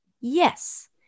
Yes